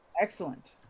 Excellent